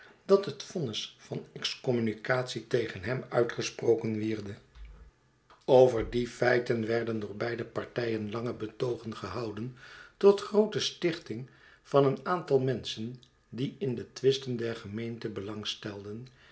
dat het vonnis van excommunicatie tegen hem uitgesproken wierde over die feiten werden door beide partijen lange betoogen gehouden tot groote stichting van een aantal menschen die in de twisten der gemeente belangstelden